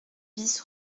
bis